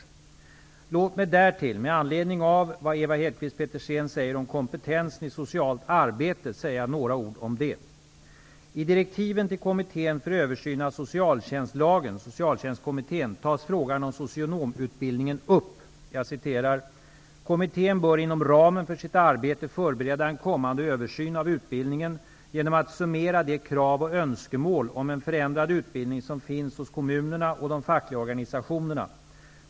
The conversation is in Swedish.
Låt mig därtill med anledning av vad Ewa Hedkvist Petersen anför om kompetensen i socialt arbete säga några ord om det. tas frågan om socionomutbildningen upp. ''Kommittén bör inom ramen för sitt arbete förbereda en kommande översyn av utbildningen genom att summera de krav och önskemål om en förändrad utbildning som finns hos kommunerna och de fackliga organisationerna.